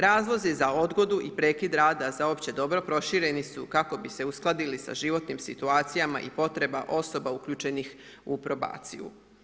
Razlozi za odgodu i prekid rada za opće dobro prošireni su kako bi se uskladili sa životnim situacijama i potreba osoba uključenih u probaciju.